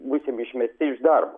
būsim išmesti iš darbo